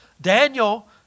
Daniel